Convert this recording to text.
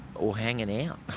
or hanging out